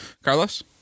Carlos